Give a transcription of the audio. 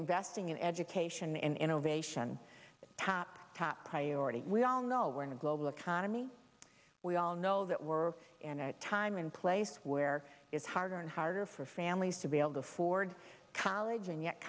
investing in education in innovation kept top priority we all know we're in a global economy we all know that we're in a time in place where it's harder and harder for families to be able to afford college and yet